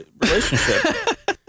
relationship